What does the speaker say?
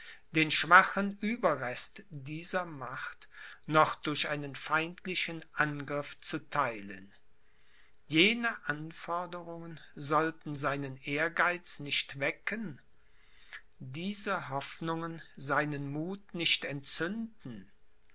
den schwachen ueberrest dieser macht noch durch einen feindlichen angriff zu theilen jene anforderungen sollten seinen ehrgeiz nicht wecken diese hoffnungen seinen muth nicht entzünden